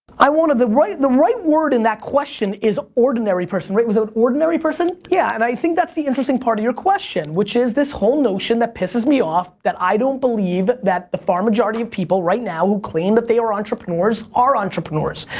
i wonder, the right the right word in that question is ordinary person, right? was that an ordinary person? yeah. and i think that's the interesting part of your question, which is this whole notion that pisses me off that i don't believe that the far majority of people right now who claim that they are entrepreneurs are entrepreneurs.